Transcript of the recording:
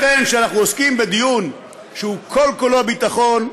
לכן, כשאנחנו עוסקים בדיון שהוא כל-כולו ביטחון,